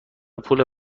پول